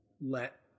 let